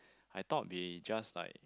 I thought we just like